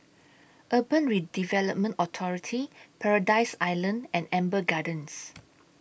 Urban Redevelopment Authority Paradise Island and Amber Gardens